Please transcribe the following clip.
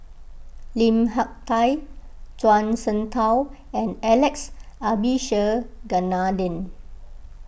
Lim Hak Tai Zhuang Shengtao and Alex Abisheganaden